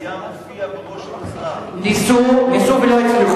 היה מופיע בראש, ניסו, ניסו ולא הצליחו.